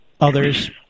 others